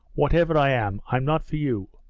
whatever i am, i'm not for you.